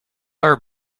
are